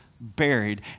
buried